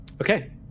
Okay